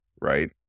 right